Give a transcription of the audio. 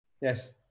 yes